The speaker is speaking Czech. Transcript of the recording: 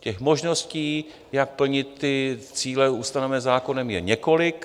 Těch možností, jak plnit cíle ustanovené zákonem, je několik.